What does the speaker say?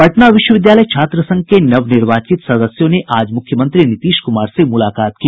पटना विश्वविद्यालय छात्र संघ के नवनिर्वाचित सदस्यों ने आज मुख्यमंत्री नीतीश कुमार से मुलाकात की